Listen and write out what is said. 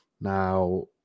Now